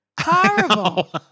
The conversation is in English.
Horrible